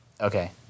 Okay